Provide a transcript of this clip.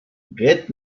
get